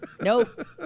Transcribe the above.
Nope